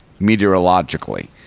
meteorologically